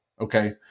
Okay